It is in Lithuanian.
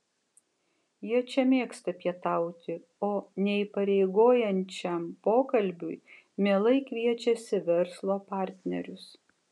jie čia mėgsta pietauti o neįpareigojančiam pokalbiui mielai kviečiasi verslo partnerius